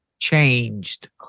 changed